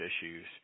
issues